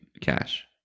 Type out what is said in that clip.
cash